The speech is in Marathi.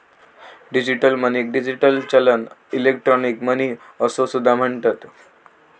डिजिटल मनीक डिजिटल चलन, इलेक्ट्रॉनिक मनी असो सुद्धा म्हणतत